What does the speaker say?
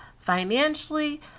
financially